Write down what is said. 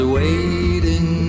waiting